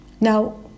Now